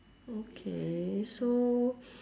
okay so